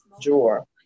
drawer